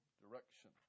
direction